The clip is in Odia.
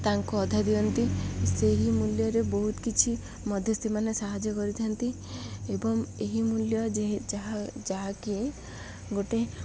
ତାଙ୍କୁ ଅଧା ଦିଅନ୍ତି ସେହି ମୂଲ୍ୟରେ ବହୁତ କିଛି ମଧ୍ୟ ସେମାନେ ସାହାଯ୍ୟ କରିଥାନ୍ତି ଏବଂ ଏହି ମୂଲ୍ୟ ଯେ ଯାହା ଯାହାକି ଗୋଟେ